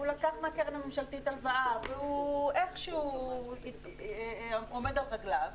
הוא לקח מהקרן הממשלתית הלוואה והוא איכשהו עומד על רגליו,